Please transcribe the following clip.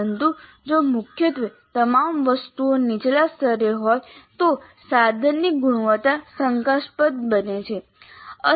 પરંતુ જો મુખ્યત્વે તમામ વસ્તુઓ નીચલા સ્તરે હોય તો સાધનની ગુણવત્તા શંકાસ્પદ બને છે